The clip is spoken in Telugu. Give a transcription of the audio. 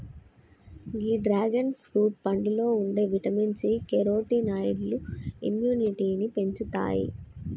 గీ డ్రాగన్ ఫ్రూట్ పండులో ఉండే విటమిన్ సి, కెరోటినాయిడ్లు ఇమ్యునిటీని పెంచుతాయి